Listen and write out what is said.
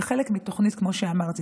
זה חלק מתוכנית, כמו שאמרתי.